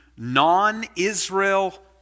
non-Israel